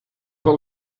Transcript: hull